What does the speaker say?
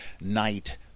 Night